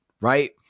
right